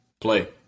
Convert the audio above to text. play